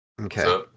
Okay